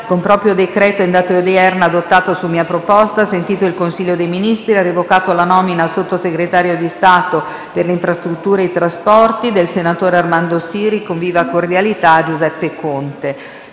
con proprio decreto in data odierna, adottato su mia proposta, sentito il Consiglio dei Ministri, ha revocato la nomina a Sottosegretario di Stato per le infrastrutture e i trasporti del sen. Armando SIRI. *f.to* Giuseppe CONTE».